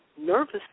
nervous